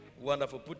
Wonderful